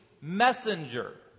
messenger